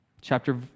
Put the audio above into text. Chapter